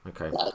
Okay